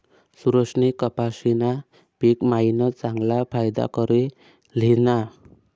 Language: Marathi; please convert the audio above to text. सुरेशनी कपाशीना पिक मायीन चांगला फायदा करी ल्हिना